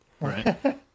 right